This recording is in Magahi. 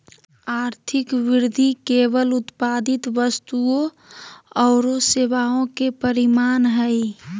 आर्थिक वृद्धि केवल उत्पादित वस्तुओं औरो सेवाओं के परिमाण हइ